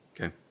Okay